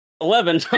eleven